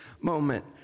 moment